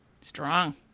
Strong